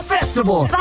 Festival